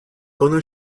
gonna